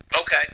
Okay